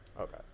Okay